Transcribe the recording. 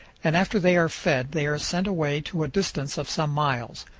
and after they are fed they are sent away to a distance of some miles.